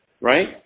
Right